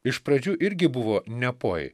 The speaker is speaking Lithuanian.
iš pradžių irgi buvo nepoj